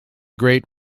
great